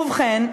ובכן,